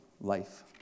life